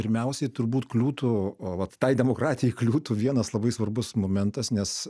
pirmiausiai turbūt kliūtų vat tai demokratijai kliūtų vienas labai svarbus momentas nes